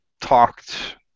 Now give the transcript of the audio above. talked